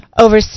Over